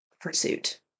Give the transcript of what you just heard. pursuit